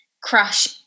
crush